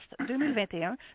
2021